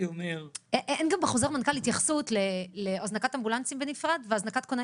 אין בחוזר המנכ"ל התייחסות להזנקת אמבולנסים בנפרד ולהזנקת כונן.